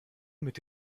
mit